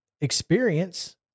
experience